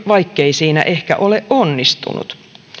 vaikkei siinä ehkä ole onnistunut